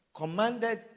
commanded